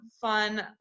fun